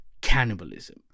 cannibalism